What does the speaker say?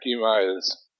miles